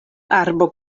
arbo